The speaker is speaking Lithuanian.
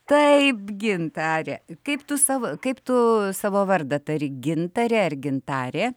taip gintare kaip tu savo kaip tu savo vardą tari gintarė ar gintarė